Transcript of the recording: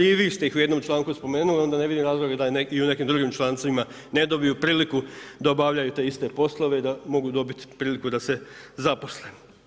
I vi ste ih u jednom članku spomenuli, onda ne vidim razloga da i u nekim drugim člancima ne dobiju priliku da obavljaju te iste poslove da mogu dobiti priliku da se zaposle.